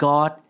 God